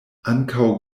ankaŭ